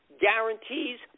guarantees